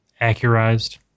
Accurized